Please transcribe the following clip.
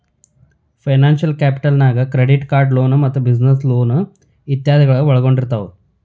financial capital ನ್ಯಾಗ್ credit card loan ಮತ್ತ business loan ಇತಾದಿಗಳನ್ನ ಒಳ್ಗೊಂಡಿರ್ತಾವ